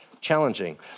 challenging